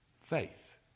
faith